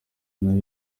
nayo